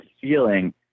feeling